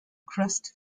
crest